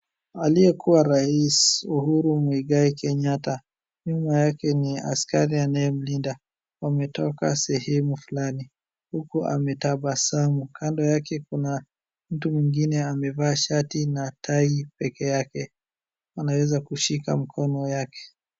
Aliyekuwa Rais Uhuru Muigai Kenyatta. Nyuma yake ni askari anayemlinda. Wametoka sehemu fulani. Huko ametabasamu. Kando yake kuna mtu mwingine amevaa shati na tai peke yake. Anaweza kushika mkono yake.